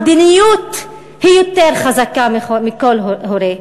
המדיניות יותר חזקה מכל הורה.